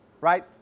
Right